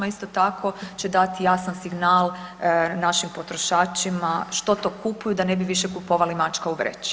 Isto tako će dati jasan signal našim potrošačima što to kupuju da nebi više kupovali mačka u vreći.